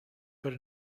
good